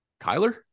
Kyler